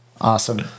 Awesome